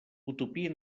utopia